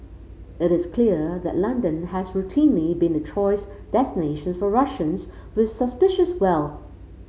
it is clear that London has routinely been the choice destination for Russians with suspicious wealth